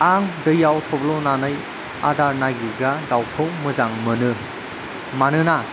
आं दैयाव थब्ल'नानै आदार नागिरग्रा दाउखौ मोजां मोनो मानोना